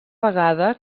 vegada